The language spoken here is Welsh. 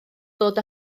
ddod